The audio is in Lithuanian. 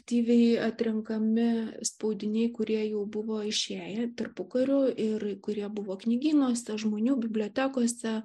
aktyviai atrenkame spaudiniai kurie jau buvo išėję tarpukariu ir kurie buvo knygynuose žmonių bibliotekose